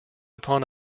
upon